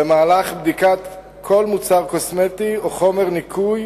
במהלך בדיקת כל מוצר קוסמטי או חומר ניקוי